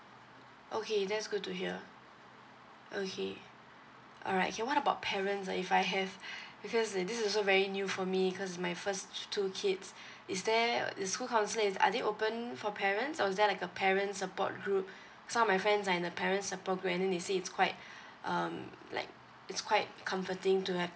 okay that's good to hear okay alright K what about parents ah if I have because uh this also very new for me cause my first two kids is there the school counsellor is are they open for parents or is there like a parents support group some of my friends are in the parents support group and then they say it's quite um like it's quite comforting to have